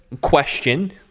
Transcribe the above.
question